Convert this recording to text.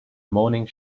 morning